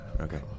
Okay